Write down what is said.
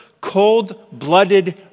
cold-blooded